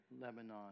Lebanon